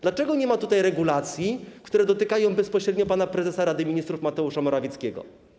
Dlaczego nie ma tutaj regulacji, które dotykają bezpośrednio pana prezesa Rady Ministrów Mateusza Morawieckiego?